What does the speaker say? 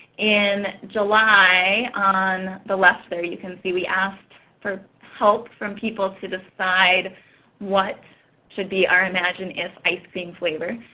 in july, on the left there, you can see we asked for help from people to decide what should be our imagineif ice cream flavor.